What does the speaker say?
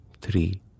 three